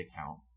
account